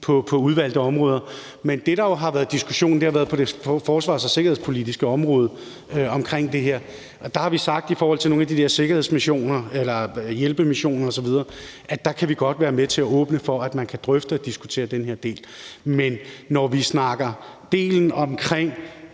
på udvalgte områder. Men der, hvor der har været diskussion, har været på det forsvars- og sikkerhedspolitiske område. Der har vi sagt i forhold til nogle af de der sikkerhedsmissioner, hjælpemissioner osv., at vi godt kan være med til at åbne for, at man kan drøfte og diskutere den her del. Men når vi snakker om delen om